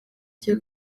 cya